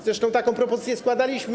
Zresztą taką propozycję składaliśmy.